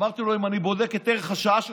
אמרתי לו: אם אני בודק את ערך השעה שלך,